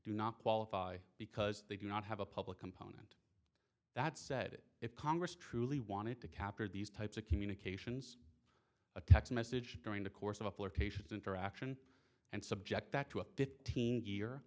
do not qualify because they do not have a public component that said if congress truly wanted to capture these types of communications a text message during the course of a flirtatious interaction and subject